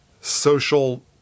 Social